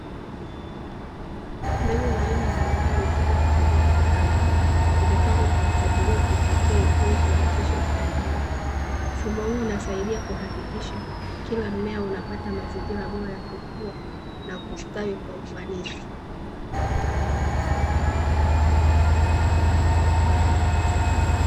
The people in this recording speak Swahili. Mbegu za aina mbali mbali zipo kwenye vyombo maalum zimepangwa kwa mpangilio wa kipekee ili kurahisisha ukuaji wake. Mfumo huu unasaidia kuhakikisha kila mmea unapata mazingira bora ya kukua na kustawi kwa ufanisi.